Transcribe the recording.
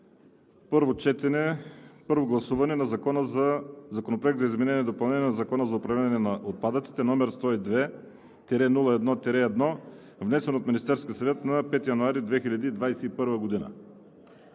приеме на първо гласуване Законопроект за изменение и допълнение на Закона за управление на отпадъците, № 102-01-1, внесен от Министерския съвет на 5 януари 2021 г.“